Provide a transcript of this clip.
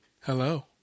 hello